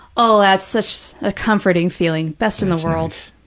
oh, that's such a comforting feeling, best in the world.